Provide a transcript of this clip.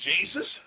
Jesus